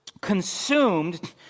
consumed